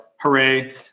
hooray